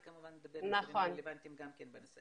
אני כמובן אדבר עם הגורמים הרלוונטיים בנושא.